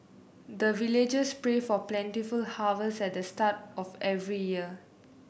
the villagers pray for plentiful harvest at the start of every year